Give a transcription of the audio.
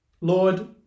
Lord